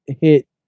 hit